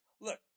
Look